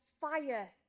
fire